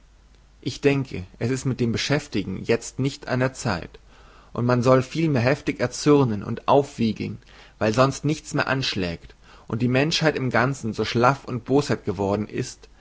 ich denke es ist mit dem besänftigen jezt nicht an der zeit und man soll vielmehr heftig erzürnen und aufwiegeln weil sonst nichts mehr anschlägt und die menschheit im ganzen so schlaff und boshaft geworden ist